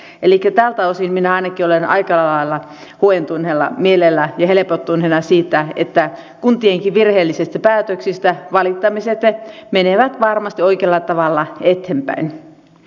elikkä tältä osin minä ainakin olen aika lailla huojentuneella mielellä ja helpottuneena siitä että kuntienkin virheellisistä päätöksistä valittamiset menevät varmasti oikealla tavalla eteenpäin